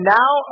now